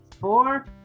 Four